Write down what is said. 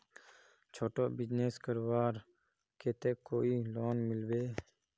छोटो बिजनेस करवार केते कोई लोन मिलबे?